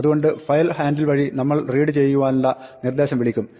അതുകൊണ്ട് file handle വഴി നമ്മൾ റീഡ് ചെയ്യുവാനുള്ള നിർദ്ദേശം വിളിക്കും